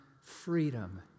freedom